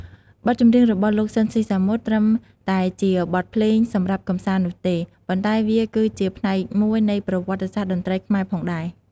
បទចម្រៀងរបស់លោក ស៊ីន ស៊ីសាមុត ត្រឹមតែជាបទភ្លេងសម្រាប់កម្សាន្តនោះទេ ប៉ុន្តែវាគឺជាផ្នែកមួយនៃប្រវត្តិសាស្ត្រតន្ត្រីខ្មែរផងដែរ។